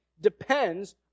depends